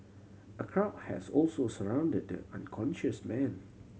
a crowd has also surrounded the unconscious man